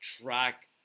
track